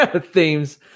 themes